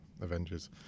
Avengers